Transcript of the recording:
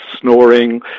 snoring